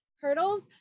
hurdles